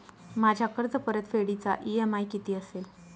माझ्या कर्जपरतफेडीचा इ.एम.आय किती असेल?